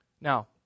now